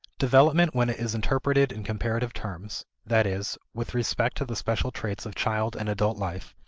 development when it is interpreted in comparative terms, that is, with respect to the special traits of child and adult life,